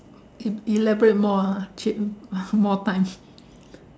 e~ elaborate more ah treat more time